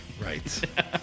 Right